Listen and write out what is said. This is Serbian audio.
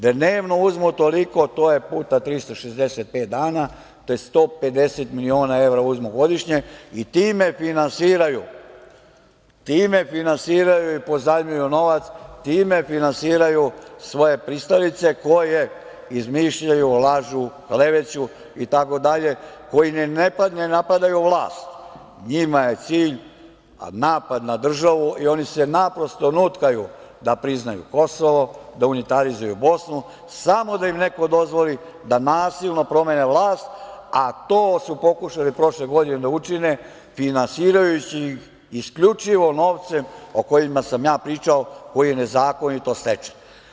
Dnevno uzmu toliko, to je puta 365 dana, 150 miliona evra uzmu godišnje i time finansiraju i pozajmljuju novac, time finansiraju svoje pristalice koje izmišljaju, lažu, kleveću itd, koji ne napadaju vlast, njima je cilj napad na državu i oni se naprosto nutkaju da priznaju Kosovo, da unitarizuju Bosnu, samo da im neko dozvoli da nasilno promene vlast, a to su pokušali prošle godine da učine finansirajući ih isključivo novcem o kojem sam ja pričao, koji je nezakonito stečen.